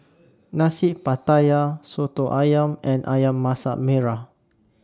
Nasi Pattaya Soto Ayam and Ayam Masak Merah